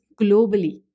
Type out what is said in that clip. globally